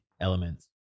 elements